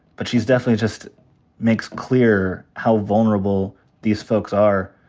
but she's definitely just makes clear how vulnerable these folks are,